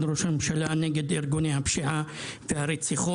ראש הממשלה נגד ארגוני הפשיעה והרציחות,